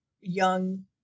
young